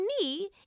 knee